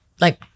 like-